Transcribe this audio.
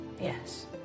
Yes